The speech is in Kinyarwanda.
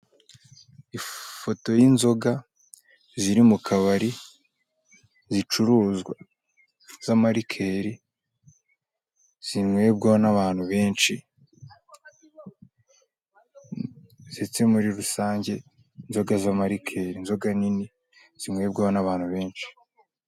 Ifoto y'inzoga ziri mu kabari zicuruzwa z'amarikeri zinyobwa n'abantu benshi, ndetse muri rusange inzoga z'amarikeri inzoga nini zinyobwaho n'abantu benshi.